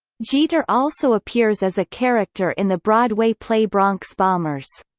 jeter also appears as a character in the broadway play bronx bombers.